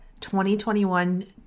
2021